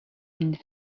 инде